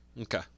Okay